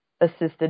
assisted